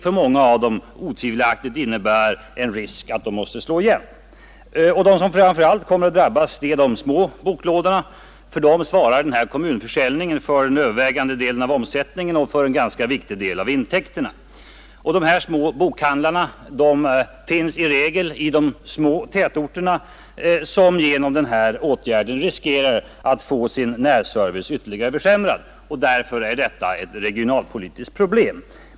För många av dem innebär detta en risk att de måste slå igen. De som framför allt kommer att drabbas är de små boklådorna. För många av dessa svarar kommun försäljningen för den övervägande delen av omsättningen och för en ganska viktig del av intäkterna. De här små boklådorna finns i regel i de små tätorterna som genom denna åtgärd riskerar att få sin närservice ytterligare försämrad. Därför är detta ett regionalpolitiskt problem.